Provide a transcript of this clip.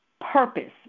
purpose